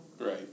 Right